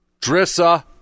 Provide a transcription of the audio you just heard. Drissa